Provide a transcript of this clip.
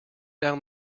down